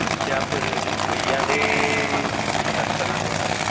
खोथिया फोनो गैयालै सिन्थासो जाना दङ